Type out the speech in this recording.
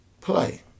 play